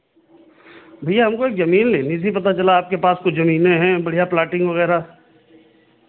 भैया हमको एक ज़मीन लेनी थी पता चला आपके पास कुछ ज़मीनें हैं बढ़ियाँ प्लॉटिंग वगैरह